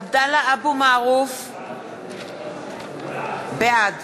עבדאללה אבו מערוף, בעד